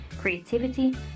creativity